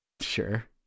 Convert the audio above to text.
sure